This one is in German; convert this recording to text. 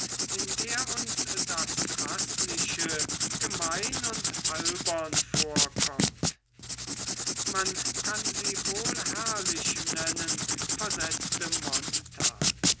in der uns das faßliche gemein und albern vorkommt man kann sie wohl herrlich nennen versetzte